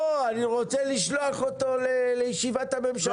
אני רוצה לשלוח אותו לישיבת הממשלה הבאה.